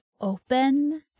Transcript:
open